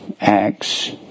Acts